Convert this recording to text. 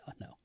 no